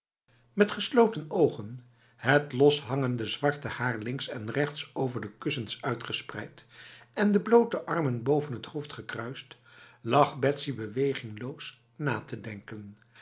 met gesloten ogen het loshangende zwarte haar links en rechts over de kussens uitgespreid en de blote armen boven het hoofd gekruist lag betsy bewegingloos na te denken